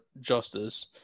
justice